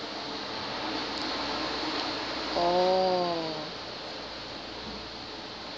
oh